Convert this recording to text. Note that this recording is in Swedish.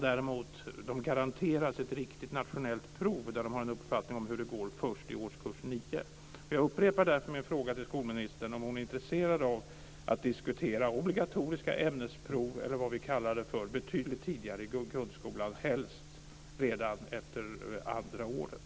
Däremot garanteras de ett riktigt nationellt prov, som gör att de kan få en uppfattning om hur det går, först i årskurs 9. Jag upprepar därför min fråga till skolministern: Är hon intresserad av att diskutera obligatoriska ämnesprov - eller vad vi kallar det för - betydligt tidigare i grundskolan, helst redan efter andra året?